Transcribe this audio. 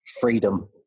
freedom